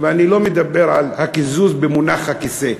ואני לא מדבר על הקיזוז במונח הכיסא.